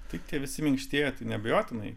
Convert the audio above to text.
tai tie visi minkštieji neabejotinai